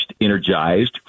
energized